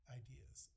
ideas